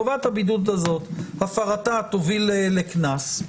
הפרתה תוביל לקנס.